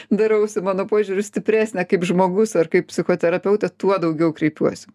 darausi mano požiūriu stipresnė kaip žmogus ar kaip psichoterapeutė tuo daugiau kreipiuosi